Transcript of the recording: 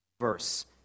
verse